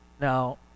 Now